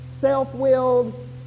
self-willed